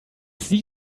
sie